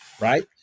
right